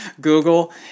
Google